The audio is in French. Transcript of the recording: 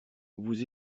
vous